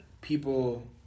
people